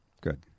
Good